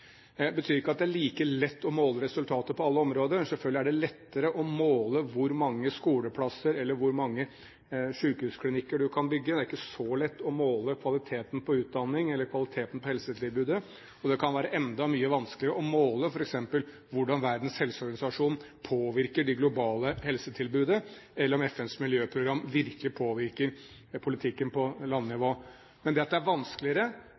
betyr ikke at det er like lett å måle resultater på alle områder. Selvfølgelig er det lettere å måle hvor mange skoleplasser eller hvor mange sykehusklinikker du kan bygge. Det er ikke så lett å måle kvaliteten på utdanning eller kvaliteten på helsetilbudet. Det kan være enda mye vanskeligere å måle f.eks. hvordan Verdens helseorganisasjon påvirker det globale helsetilbudet, eller om FNs miljøprogram virkelig påvirker politikken på landnivå. Men det at det er vanskeligere,